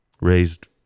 raised